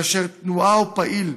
כאשר תנועה או פעיל,